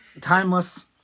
timeless